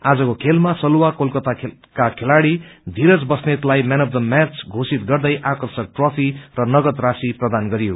आजको खेलमा सलुवा कोलकताका खेलाड़ी धीरज बस्नेतलाई म्यान अफू म्याच घोषित गर्दै आकर्षक ट्रफी र नगद राशि प्रदान गरियो